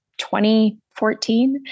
2014